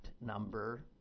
number